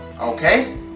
okay